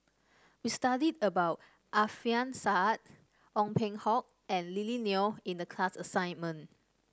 we studied about Alfian Sa'at Ong Peng Hock and Lily Neo in the class assignment